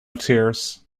tears